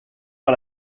par